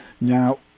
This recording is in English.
now